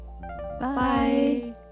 Bye